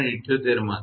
78 માંથી